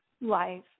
life